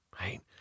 Right